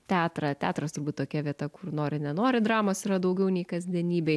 teatrą teatras turbūt tokia vieta kur nori nenori dramos yra daugiau nei kasdienybėj